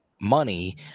money